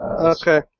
Okay